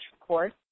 record